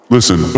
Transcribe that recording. Listen